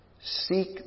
Seek